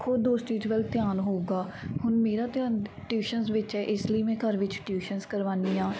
ਖੁਦ ਉਸ ਚੀਜ਼ ਵੱਲ ਧਿਆਨ ਹੋਵੇਗਾ ਹੁਣ ਮੇਰਾ ਧਿਆਨ ਟਿਊਸ਼ਨਸ ਵਿੱਚ ਹੈ ਇਸ ਲਈ ਮੈਂ ਘਰ ਵਿੱਚ ਟਿਊਸ਼ਨਸ ਕਰਵਾਉਂਦੀ ਹਾਂ